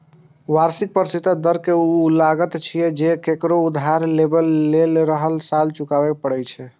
वार्षिक प्रतिशत दर ऊ लागत छियै, जे ककरो उधार लेबय लेल हर साल चुकबै पड़ै छै